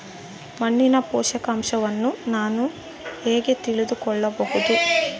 ಮಣ್ಣಿನ ಪೋಷಕಾಂಶವನ್ನು ನಾನು ಹೇಗೆ ತಿಳಿದುಕೊಳ್ಳಬಹುದು?